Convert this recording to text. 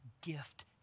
gift